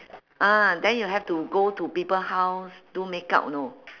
ah then you have to go to people house do makeup you know